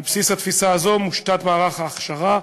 על בסיס התפיסה הזאת מושתת מערך ההכשרה,